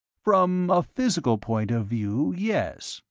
from a physical point of view, yes,